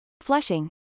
flushing